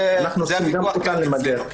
שאנחנו --- זה הוויכוח כאן אצלנו.